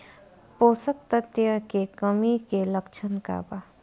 पोषक तत्व के कमी के लक्षण का वा?